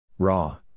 Raw